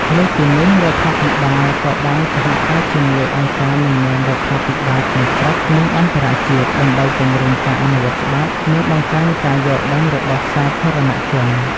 លើសពីនេះ រដ្ឋាភិបាលក៏បានសហការជាមួយអង្គការមិនមែនរដ្ឋាភិបាលក្នុងស្រុក និងអន្តរជាតិ ដើម្បីពង្រឹងការអនុវត្តច្បាប់ និងបង្កើនការយល់ដឹងរបស់សាធារណជន។